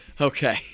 Okay